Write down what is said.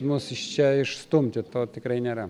mus iš čia išstumti to tikrai nėra